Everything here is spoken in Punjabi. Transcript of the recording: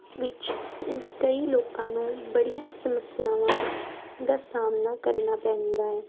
ਵਿੱਚ ਕਈ ਲੋਕਾਂ ਨੂੰ ਬੜੀਆਂ ਸਮੱਸਿਆਵਾਂ ਦਾ ਸਾਹਮਣਾ ਕਰਨਾ ਪੈਂਦਾ ਹੈ